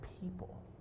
people